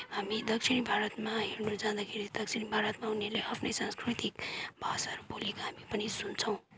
हामी दक्षिण भारतमा हेर्नजाँदाखेरि दक्षिण भारतमा उनीहरूले आफ्नै सांस्कृतिक भाषाहरू बोलेको हामी पनि सुन्छौँ